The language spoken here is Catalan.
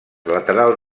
lateral